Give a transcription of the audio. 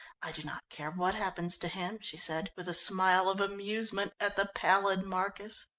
i do not care what happens to him, she said, with a smile of amusement at the pallid marcus.